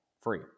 free